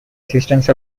assistance